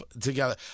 together